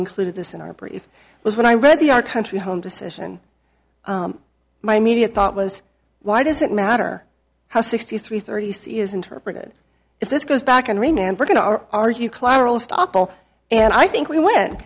included this in our brief was when i read the our country home decision my immediate thought was why does it matter how sixty three thirty c is interpreted if this goes back and remember going to our argue collateral stoppel and i think we win